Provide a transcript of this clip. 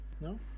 no